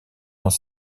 dans